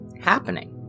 happening